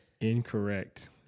Incorrect